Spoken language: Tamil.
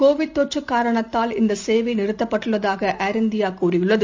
கோவிட் தொற்றுகாரணத்தால் இந்தசேவைநிறுத்தப்பட்டுள்ளதாக ஏர் இந்தியாதெரிவித்துள்ளது